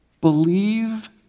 Believe